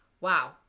Wow